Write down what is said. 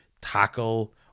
tackle